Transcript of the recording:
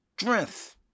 strength